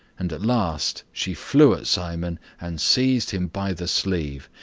and at last she flew at simon and seized him by the sleeve.